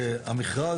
--- והזמן?